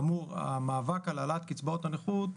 המאבק על העלאת קצבאות הנכות,